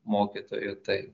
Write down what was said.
mokytojų tai